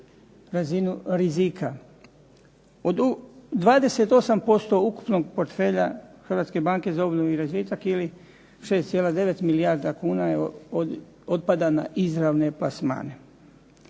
razinu rizika. Od 28% ukupnog portfelja Hrvatske banke za obnovu i razvitak ili 6,9 milijardi kuna otpada na izravne plasmane.